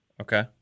Okay